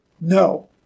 No